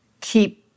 keep